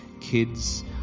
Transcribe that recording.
kids